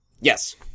Yes